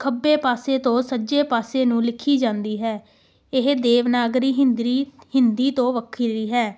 ਖੱਬੇ ਪਾਸੇ ਤੋਂ ਸੱਜੇ ਪਾਸੇ ਨੂੰ ਲਿਖੀ ਜਾਂਦੀ ਹੈ ਇਹ ਦੇਵਨਾਗਰੀ ਹਿੰਦਰੀ ਹਿੰਦੀ ਤੋਂ ਵੱਖਰੀ ਹੈ